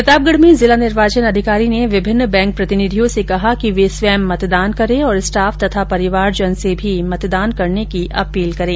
प्रतापगढ़ में जिला निर्वाचन अधिकारी ने विभिन्न बैंक प्रतिनिधियो से कहा कि वे स्वयं मतदान करें और स्टॉफ तथा परिवारजन से भी मतदान करने की अपील करें